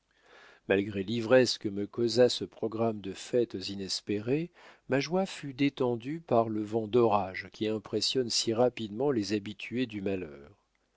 malgré l'ivresse que me causa ce programme de fêtes inespérées ma joie fut détendue par le vent d'orage qui impressionne si rapidement les habitués du malheur